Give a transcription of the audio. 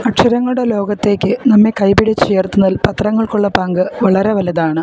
അക്ഷരങ്ങളുടെ ലോകത്തേക്ക് നമ്മെ കൈ പിടിച്ച് ഉയർത്തുന്നതിൽ പത്രങ്ങൾക്കുള്ള പങ്ക് വളരെ വലുതാണ്